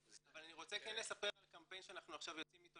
אבל אני יכול לספר על קמפיין שאנחנו עכשיו יוצאים איתו